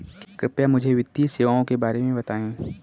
कृपया मुझे वित्तीय सेवाओं के बारे में बताएँ?